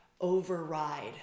Override